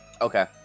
Okay